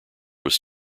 was